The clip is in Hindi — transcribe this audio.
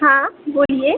हाँ बोलिए